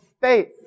faith